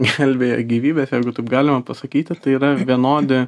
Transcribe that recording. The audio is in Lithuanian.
gelbėja gyvybes jeigu taip galima pasakyti tai yra vienodi